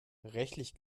rechtlich